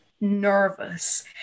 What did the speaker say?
nervous